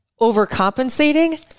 overcompensating